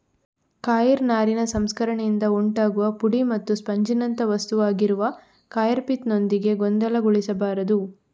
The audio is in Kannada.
ಕಾಯಿರ್ ನಾರಿನ ಸಂಸ್ಕರಣೆಯಿಂದ ಉಂಟಾಗುವ ಪುಡಿ ಮತ್ತು ಸ್ಪಂಜಿನಂಥ ವಸ್ತುವಾಗಿರುವ ಕಾಯರ್ ಪಿತ್ ನೊಂದಿಗೆ ಗೊಂದಲಗೊಳಿಸಬಾರದು